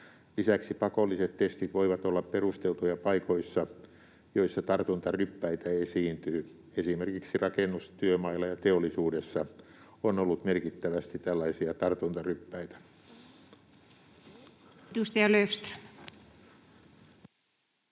Lisäksi pakolliset testit voivat olla perusteltuja paikoissa, joissa tartuntaryppäitä esiintyy. Esimerkiksi rakennustyömailla ja teollisuudessa on ollut merkittävästi tällaisia tartuntaryppäitä. [Speech